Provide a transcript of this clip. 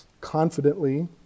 confidently